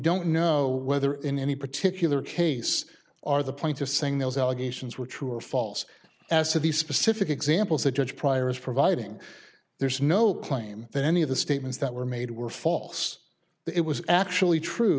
don't know whether in any particular case are the plaintiffs saying those allegations were true or false as to the specific examples that judge pryor is providing there's no claim that any of the statements that were made were false it was actually true